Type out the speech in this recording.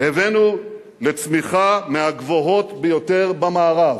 הבאנו לצמיחה מהגבוהות ביותר במערב.